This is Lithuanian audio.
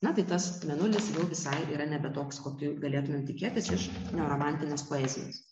na tai tas mėnulis jau visai yra nebe toks kokį galėtumėm tikėtis iš neoromantinės poezijos